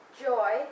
joy